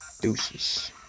Deuces